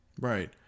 Right